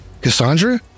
Cassandra